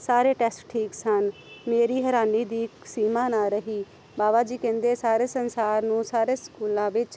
ਸਾਰੇ ਟੈਸਟ ਠੀਕ ਸਨ ਮੇਰੀ ਹੈਰਾਨੀ ਦੀ ਸੀਮਾ ਨਾ ਰਹੀ ਬਾਬਾ ਜੀ ਕਹਿੰਦੇ ਸਾਰੇ ਸੰਸਾਰ ਨੂੰ ਸਾਰੇ ਸਕੂਲਾਂ ਵਿੱਚ